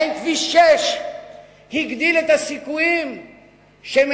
האם כביש 6 הגדיל את הסיכויים שמרכזי